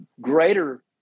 greater